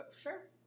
Sure